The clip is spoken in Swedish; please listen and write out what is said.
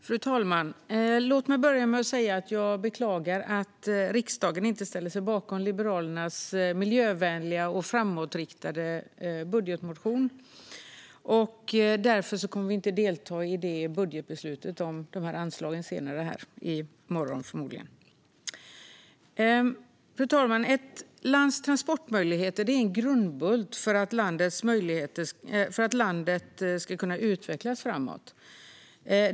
Fru talman! Låt mig börja med att säga att jag beklagar att riksdagen inte ställer sig bakom Liberalernas miljövänliga och framåtriktade budgetmotion. Vi kommer därför inte att delta i det budgetbeslut om dessa anslag som ska fattas senare - förmodligen i morgon. Fru talman! Ett lands transportmöjligheter är en grundbult för att landet ska kunna utvecklas framåt.